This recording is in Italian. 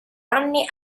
anni